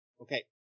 Okay